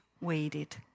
waited